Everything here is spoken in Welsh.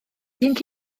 roedd